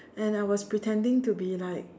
and I was pretending to be like